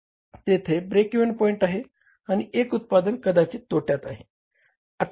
तेथे break even point आहे आणि एक उत्पादन कदाचित तोट्यात आहे